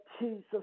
Jesus